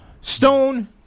Stone